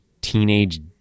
teenage